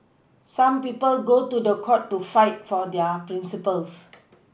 some people go to court to fight for their Principles